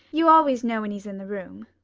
you always know when he's in the room.